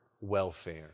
welfare